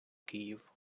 київ